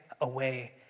away